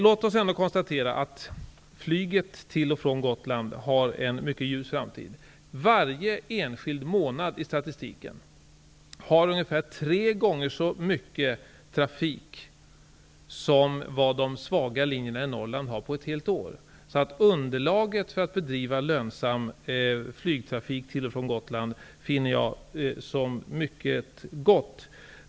Låt oss ändå konstatera att flyget till och från Gotland har en mycket ljus framtid. Varje enskild månad i statistiken uppvisar ungefär tre gånger så mycket trafik som de svaga linjerna i Norrland har under ett helt år. Underlaget för att bedriva lönsam flygtrafik till och från Gotland finner jag som mycket gott.